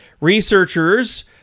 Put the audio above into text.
Researchers